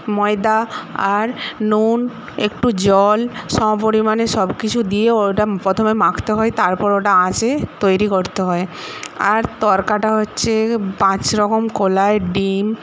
ময়দা আর নুন একটু জল সম পরিমাণে সব কিছু দিয়ে ওটা প্রথমে মাখতে হয় তারপর ওটা আঁচে তৈরি করতে হয় আর তড়কাটা হচ্ছে পাঁচ রকম কলাই ডিম